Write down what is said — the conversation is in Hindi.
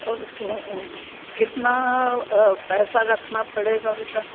और कितना पैसा रखना पड़ेगा बेटा